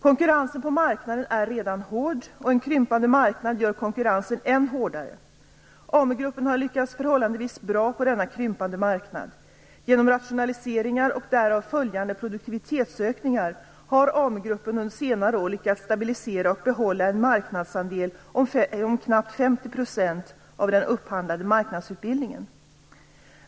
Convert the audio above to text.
Konkurrensen på marknaden är redan hård, och en krympande marknad gör konkurrensen än hårdare. AMU-gruppen har lyckats förhållandevis bra på denna krympande marknad. Genom rationaliseringar och därav följande produktivitetsökningar har AMU gruppen under senare år lyckats stabilisera och behålla en marknadsandel om knappt 50 % av den upphandlade arbetsmarknadsutbildningen.